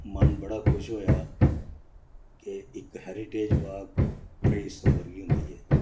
मन बड़ा खुश होएया कि इक हैरीटेज बार त्रेई सितंबर गी होंदी ऐ